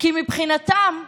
כי מבחינתם,